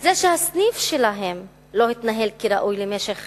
זה שהסניף שלהם לא התנהל כראוי במשך